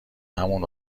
همون